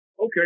Okay